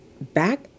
back